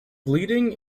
bleeding